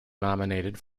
nominated